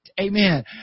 Amen